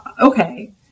okay